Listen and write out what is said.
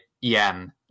yen